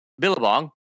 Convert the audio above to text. Billabong